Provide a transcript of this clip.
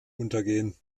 untergehen